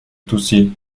toucy